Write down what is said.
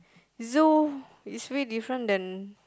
Zoo is really different than